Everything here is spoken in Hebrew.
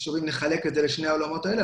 אם נחלק את זה לשני העולמות האלה,